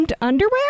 underwear